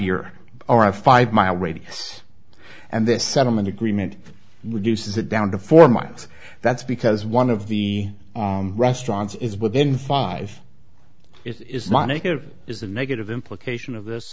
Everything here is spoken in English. year or a five mile radius and this settlement agreement reduces it down to four miles that's because one of the restaurants is within five it's money is the negative implication of this